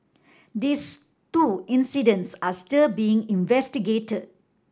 these two incidents are still being investigated